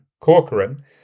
Corcoran